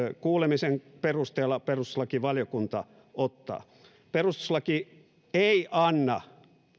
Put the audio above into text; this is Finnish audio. kuulemisensa perusteella perustuslakivaliokunta ottavat perustuslaki ei anna